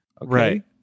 right